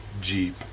Jeep